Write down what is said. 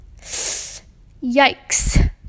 yikes